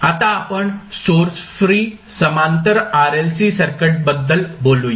आता आपण source free समांतर RLC सर्किटबद्दल बोलूया